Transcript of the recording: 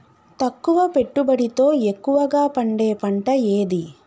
తక్కువ పెట్టుబడితో ఎక్కువగా పండే పంట ఏది?